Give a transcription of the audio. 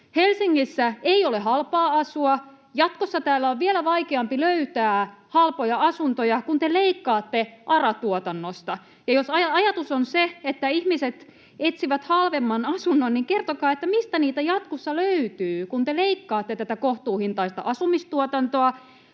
Helsingissä ei ole halpaa asua. Jatkossa täällä on vielä vaikeampi löytää halpoja asuntoja, kun te leikkaatte ARA-tuotannosta. Ja jos ajatus on se, että ihmiset etsivät halvemman asunnon, niin kertokaa, mistä niitä jatkossa löytyy, kun te leikkaatte tätä kohtuuhintaista asumistuotantoa.